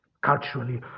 culturally